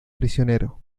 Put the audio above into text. prisionero